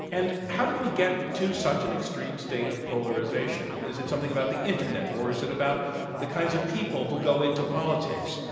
and how did we get to such an extreme state of polarization? is it something about the internet, or is it about the kinds of people who go into politics?